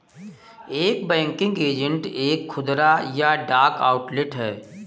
एक banking agent एक खुदरा या डाक आउटलेट है